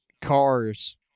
cars